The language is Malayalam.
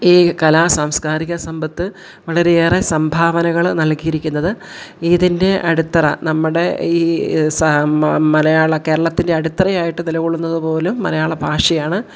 ഈ കലാസാംസ്കാരിക സമ്പത്ത് വളരെയേറെ സംഭാവനകൾ നൽകിയിരിക്കുന്നത് ഇതിൻ്റെ അടിത്തറ നമ്മുടെ ഈ മലയാള കേരളത്തിൻ്റെ അടിത്തറയായിട്ട് നിലകൊള്ളുന്നതുപോലും മലയാള ഭാഷയാണ്